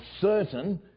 certain